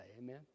Amen